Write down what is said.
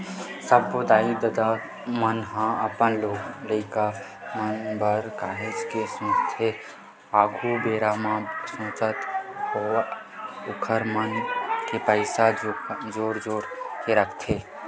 सब्बो दाई ददा मन ह अपन लोग लइका मन बर काहेच के सोचथे आघु बेरा बर सोचत होय ओखर मन बर पइसा जोर जोर के रखथे